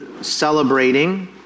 celebrating